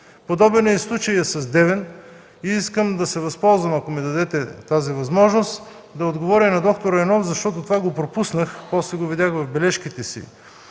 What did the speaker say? Подобен е и случаят с Девин и искам да се възползвам, ако ми дадете тази възможност, да отговоря на д-р Райнов, защото го пропуснах, после го видях в бележките си.